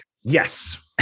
Yes